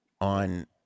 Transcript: on